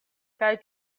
kaj